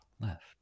left